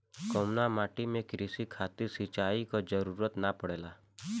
कउना माटी में क़ृषि खातिर सिंचाई क जरूरत ना पड़ेला?